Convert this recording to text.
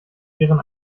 ihren